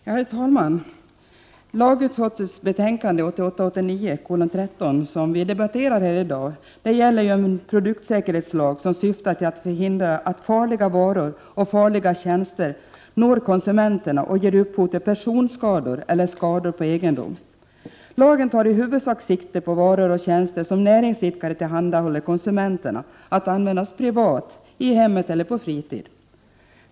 Herr talman! Lagutskottets betänkande 1988/89:13 som vi debatterar här i dag gäller en produktsäkerhetslag, som syftar till att förhindra att farliga varor och farliga tjänster når konsumenterna och ger upphov till personskador eller skador på egendom. Lagen tar i huvudsak sikte på varor och tjänster som näringsidkare tillhandahåller konsumenterna att användas privat i hemmet eller på fritid.